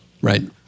Right